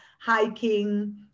hiking